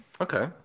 Okay